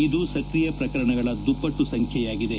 ಇದು ಸಕ್ರಿಯ ಪ್ರಕರಣಗಳ ದುಪ್ಸಣ್ನು ಸಂಖ್ಯೆಯಾಗಿದೆ